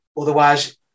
Otherwise